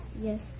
Yes